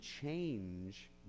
change